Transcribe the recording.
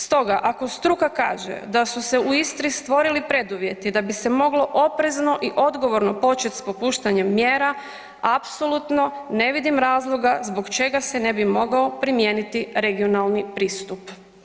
Stoga ako struka kaže da su se u Istri stvorili preduvjeti da bi se moglo oprezno i odgovorno počet s popuštanjem mjera apsolutno ne vidim razloga zbog čega se ne bio mogao primijeniti regionalni pristup?